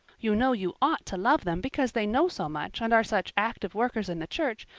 you know you ought to love them because they know so much and are such active workers in the church,